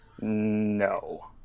No